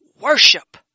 worship